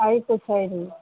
तऽ छै ही